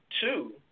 Two